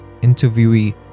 interviewee